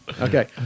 Okay